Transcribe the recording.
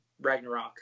Ragnarok